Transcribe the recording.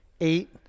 eight